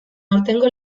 aurtengo